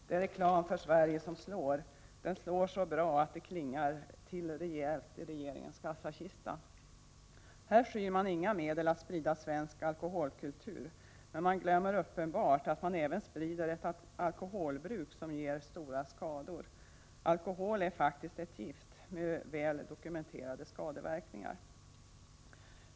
Det är reklam för Sverige som slår så bra att det klingar till rejält i statens kassakista. Här skyr man inga medel att sprida svensk alkoholkultur, men man glömmer uppenbart att man även sprider ett alkoholbruk som medför stora skador. Alkohol är faktiskt ett gift med väl dokumenterade skadeverkningar.